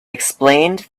explained